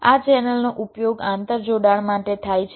આ ચેનલનો ઉપયોગ આંતરજોડાણ માટે થાય છે